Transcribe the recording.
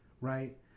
right